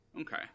Okay